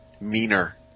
Meaner